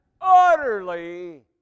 utterly